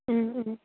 ꯎꯝ ꯎꯝ